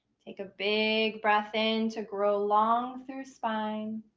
take a big breath in to grow long through spine